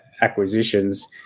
acquisitions